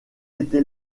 été